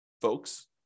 folks